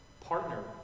Partner